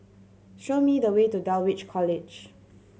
show me the way to Dulwich College